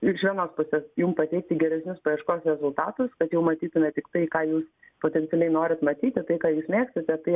iš vienos pusės jum pateikti geresnius paieškos rezultatus kad jau matytumėt tik tai ką jūs potencialiai norit matyti tai ką jūs mėgstate tai